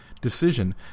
decision